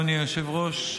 אדוני היושב-ראש,